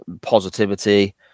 positivity